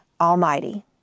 Almighty